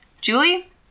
Julie